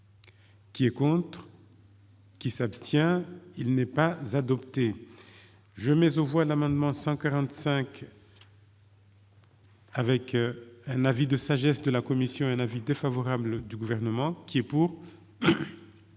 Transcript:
Qui est contre qui s'abstient, il n'est pas adopté, je mais aux voix l'amendement 145. Avec un avis de sagesse de la Commission, un avis défavorable du gouvernement qui est pour,